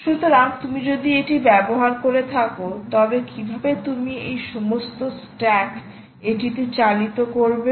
সুতরাং তুমি যদি এটি ব্যবহার করে থাকো তবে কীভাবে তুমি এই সমস্ত স্ট্যাক এটিতে চালিত করবে